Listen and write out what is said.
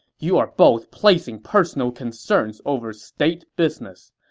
you are both placing personal concerns over state business.